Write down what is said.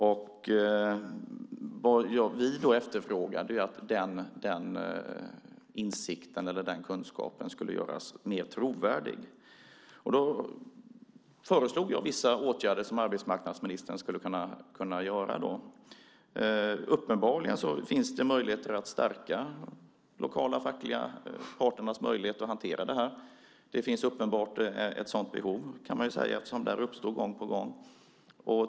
Vad vi efterfrågar är att den insikten, eller den kunskapen, skulle göras mer trovärdig. Jag föreslog vissa åtgärder som arbetsmarknadsministern skulle kunna vidta. Uppenbarligen finns det möjligheter att stärka de lokala och fackliga parternas möjlighet att hantera detta. Det finns uppenbart ett sådant behov, kan man säga, eftersom detta uppstår gång på gång.